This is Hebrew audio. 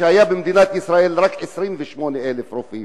כאשר היו במדינת ישראל רק 28,000 רופאים,